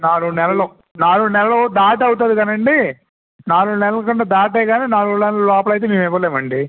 నాలుగు నెలలు నాలుగు నెలలు దాటి అవుతుంది కనండీ నాలుగు నెలల కంటే దాటే కానీ నాలుగు నెలలు లోపల అయితే మేము ఇవ్వలేము అండి